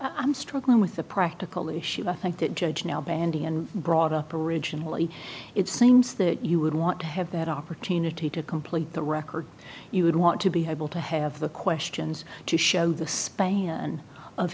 i'm struggling with the practically she think that judge nalbandian brought up originally it seems that you would want to have that opportunity to complete the record you would want to be had will to have the questions to show the span of